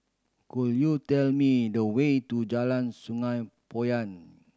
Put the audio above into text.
could you tell me the way to Jalan Sungei Poyan